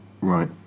Right